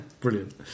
Brilliant